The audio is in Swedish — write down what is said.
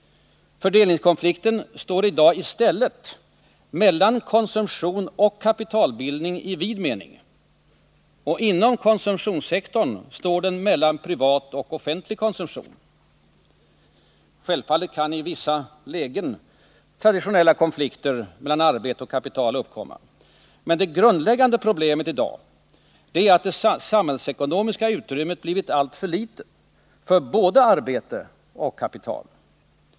Fördelningskonflikten står i dag i stället mellan konsumtion och kapitalbildning i vid mening och inom konsumtionssektorn mellan privat och offentlig konsumtion. Självfallet kan i vissa lägen traditionella konflikter mellan arbete och kapital uppkomma. Men det grundläggande problemet i dag är att det samhällsekonomiska utrymmet blivit alltför litet för både arbete och kapital.